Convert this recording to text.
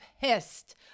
pissed